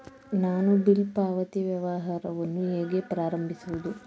ನಾನು ಬಿಲ್ ಪಾವತಿ ವ್ಯವಹಾರವನ್ನು ಹೇಗೆ ಪ್ರಾರಂಭಿಸುವುದು?